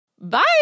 Bye